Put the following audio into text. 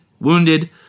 wounded